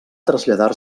traslladar